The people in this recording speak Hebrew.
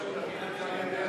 לחוק-יסוד: